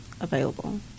available